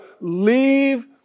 leave